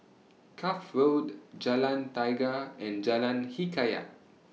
Cuff Road Jalan Tiga and Jalan Hikayat